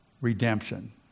Redemption